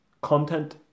content